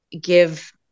give